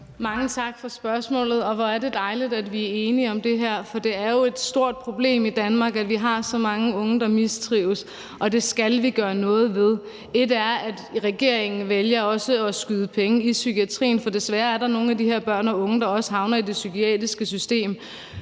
Mange tak for spørgsmålet. Hvor er det dejligt, at vi er enige om det her, for det er jo et stort problem i Danmark, at vi har så mange unge, der mistrives, og det skal vi gøre noget ved. Et er, at regeringen vælger at skyde penge i psykiatrien, for desværre er der nogle af de her børn og unge, der også havner i det psykiatriske system.